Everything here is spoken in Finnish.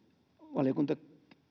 valiokunta